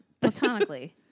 Platonically